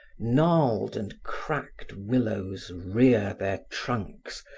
gnarled and cracked willows rear their trunks,